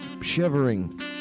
shivering